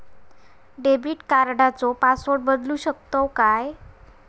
Debit कार्डचो password बदलु शकतव काय?